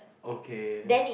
okay